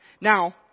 Now